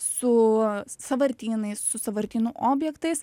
su sąvartynais su sąvartynų objektais